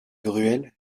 gruel